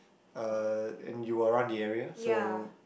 uh and you are around the area so